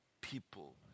people